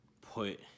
put